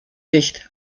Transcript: nicht